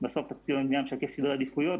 בסוף תקציב המדינה משקף סדרי עדיפויות,